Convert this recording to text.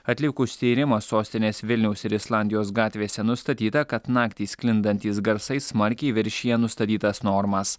atlikus tyrimą sostinės vilniaus ir islandijos gatvėse nustatyta kad naktį sklindantys garsai smarkiai viršija nustatytas normas